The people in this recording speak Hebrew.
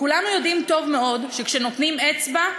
כולנו יודעים טוב מאוד שכשנותנים אצבע,